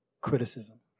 criticism